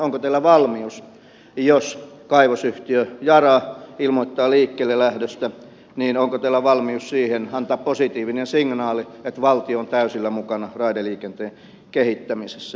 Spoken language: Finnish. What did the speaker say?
onko teillä valmius jos kaivosyhtiö yara ilmoittaa liikkeellelähdöstä niin onko teillä valmius siihen antaa positiivinen signaali että valtio on täysillä mukana raideliikenteen kehittämisessä